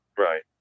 Right